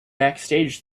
backstage